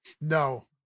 No